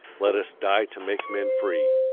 let us die to make men free.